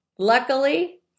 Luckily